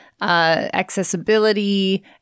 accessibility